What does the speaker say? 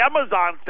Amazon